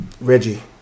Reggie